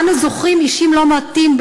ואנו זוכרים אישים לא מעטים,